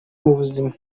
mubuzima